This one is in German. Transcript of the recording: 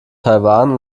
taiwan